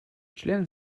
члены